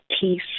peace